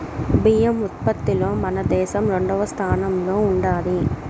బియ్యం ఉత్పత్తిలో మన దేశం రెండవ స్థానంలో ఉండాది